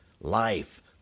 Life